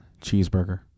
Cheeseburger